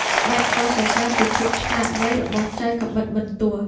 ស្ដេចក៏សរសើរពីភាពឆ្លាតវៃរបស់ចៅកាំបិតបន្ទោះ។